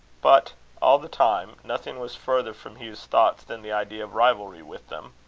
but all the time, nothing was further from hugh's thoughts than the idea of rivalry with them.